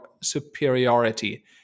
superiority